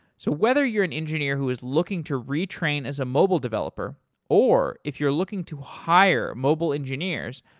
so whether you're an engineer who's looking to retrain as a mobile developer or if you're looking to hire mobile engineers,